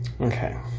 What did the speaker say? Okay